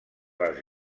les